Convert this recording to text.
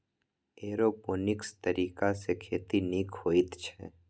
aeroponics तरीकासँ खेती नीक होइत छै